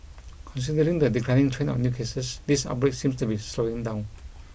considering the declining trend of new cases this outbreak seems to be slowing down